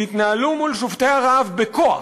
תתנהלו מול שובתי הרעב בכוח,